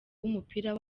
w’umupira